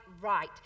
right